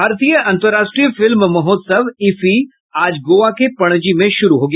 भारतीय अंतर्राष्ट्रीय फिल्म महोत्सव ईफ्फी आज गोवा के पणजी में शुरू हो गया